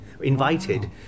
invited